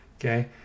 okay